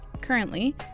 Currently